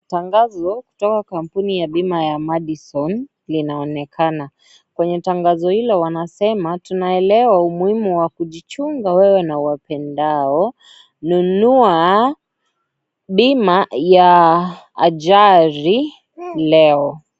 Tangazo kutoka kampuni ya bima ya Madison linaonekana . Kwenye tangazo hilo wanasema tunaelewa umuhimu wa kujichunga wewe na uwapendao nunua bima ya ajali leo.